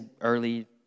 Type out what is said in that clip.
early